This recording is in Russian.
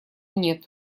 нет